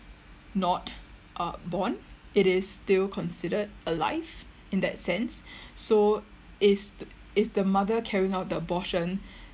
not uh born it is still considered alive in that sense so is is the mother carrying out the abortion